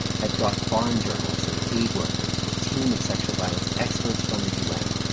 had brought foreign journalists and aid workers and a team of sexual violence experts from the u n.